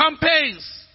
campaigns